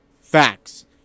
facts